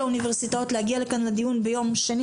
האוניברסיטאות להגיע לכאן לדיון ביום שני.